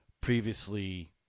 previously